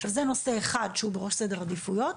עכשיו זה נושא אחד שהוא בראש סדר העדיפויות.